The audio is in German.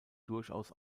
durchaus